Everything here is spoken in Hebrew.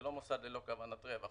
זה לא מוסד ללא כוונות רווח.